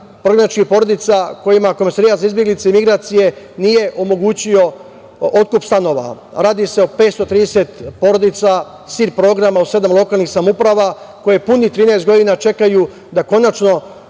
prognaničkih porodica kojima Komesarijat za izbeglice i migracije nije omogućio otkup stanova. Radi se o 530 porodica „SIR programa“ u sedam lokalnih samouprava koje punih 13 godina čekaju da konačno